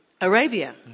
Arabia